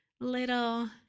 little